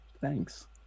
thanks